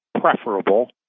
preferable